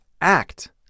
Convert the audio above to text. act